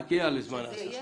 נגיע לזמן ההסעה.